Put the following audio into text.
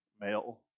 male